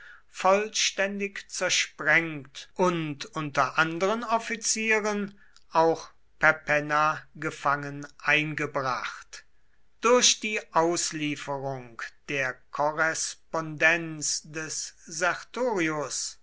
vollständig zersprengt und unter anderen offizieren auch perpenna gefangen eingebracht durch die auslieferung der korrespondenz des sertorius